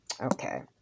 Okay